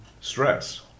stress